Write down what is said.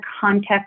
context